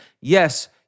yes